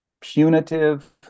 punitive